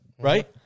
Right